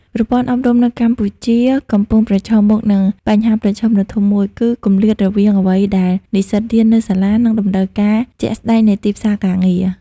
ប្រព័ន្ធអប់រំនៅកម្ពុជាកំពុងប្រឈមមុខនឹងបញ្ហាប្រឈមដ៏ធំមួយ គឺ គម្លាតរវាងអ្វីដែលនិស្សិតរៀននៅសាលា និងតម្រូវការជាក់ស្តែងនៃទីផ្សារការងារ។